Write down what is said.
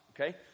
Okay